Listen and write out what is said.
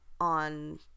on